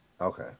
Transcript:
Okay